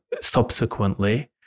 subsequently